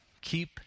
Keep